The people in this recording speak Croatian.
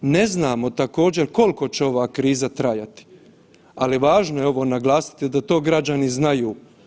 Ne znamo također, koliko će ova kriza trajati, ali važno je ovo naglasiti da to građani znaju.